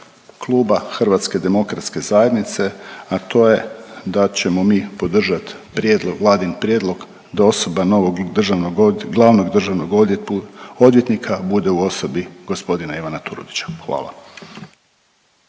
kluba Hrvatske demokratske zajednice, a to je da ćemo mi podržat prijedlog, vladin prijedlog da osoba novog, glavnog državnog odvjetnika bude u osobi gospodina Ivana Turudića. Hvala.